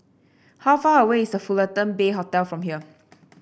how far away is The Fullerton Bay Hotel from here